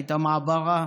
הייתה מעברה